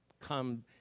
come